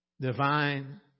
divine